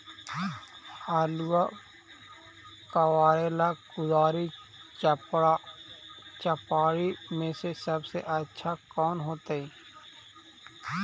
आलुआ कबारेला कुदारी, चपरा, चपारी में से सबसे अच्छा कौन होतई?